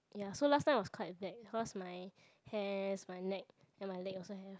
ya so last time it was quite bad cause my hairs my neck and my leg also have